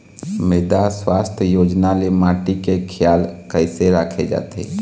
मृदा सुवास्थ योजना ले माटी के खियाल कइसे राखे जाथे?